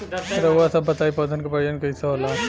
रउआ सभ बताई पौधन क प्रजनन कईसे होला?